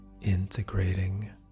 integrating